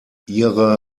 ihre